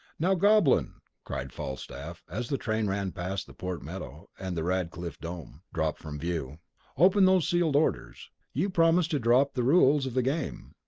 now, goblin, cried falstaff, as the train ran past the port meadow, and the radcliffe dome dropped from view open those sealed orders! you promised to draw up the rules of the game.